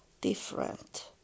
different